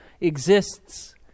exists